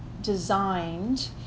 designed